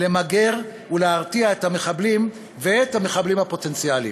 למגר ולהרתיע את המחבלים ואת המחבלים הפוטנציאליים.